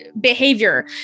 behavior